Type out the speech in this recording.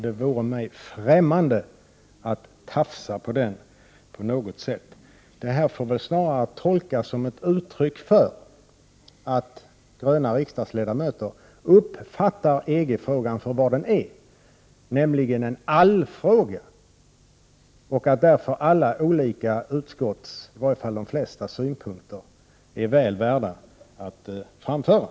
Det vore mig främmande att på något sätt tafsa på den rätten. Det här får väl snarare tolkas som ett uttryck för att gröna riksdagsledamöter uppfattar EG-frågan sådan den är, nämligen som en allfråga. De synpunkter som framkommer i utskotten — i varje fall i de flesta av utskotten — är väl värda att framföras.